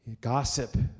Gossip